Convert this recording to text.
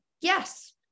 yes